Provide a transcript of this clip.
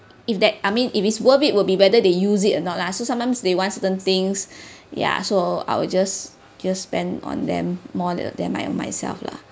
if that I mean if it's worth it will be whether they use it or not lah so sometimes they want certain things ya so I will just just spend on them more than my my myself lah